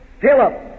Philip